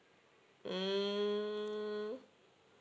mm